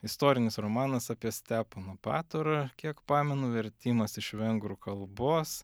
istorinis romanas apie stepono batorą kiek pamenu vertimas iš vengrų kalbos